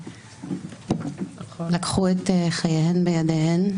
לקחו את חייהן בידיהן,